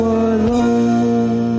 alone